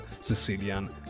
Sicilian